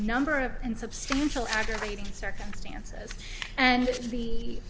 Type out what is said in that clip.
number of insubstantial aggravating circumstances and to be